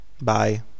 Bye